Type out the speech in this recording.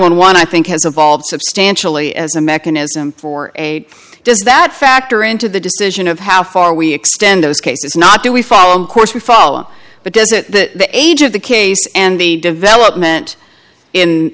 one one i think has evolved substantially as a mechanism for a does that factor into the decision of how far we extend those cases not do we follow on course we follow but does that age of the case and the development in